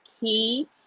key